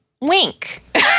Wink